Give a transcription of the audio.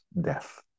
death